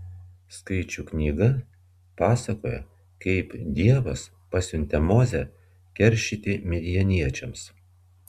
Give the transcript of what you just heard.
skaičių knyga pasakoja kaip dievas pasiuntė mozę keršyti midjaniečiams